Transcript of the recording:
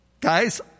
Guys